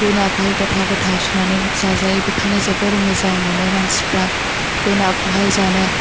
बे नाखौहाय गथा गथा हास'नानै जाजायो बेखायनो जोबोर मोजां मोनो मानसिफ्रा बे नाखौहाय जानो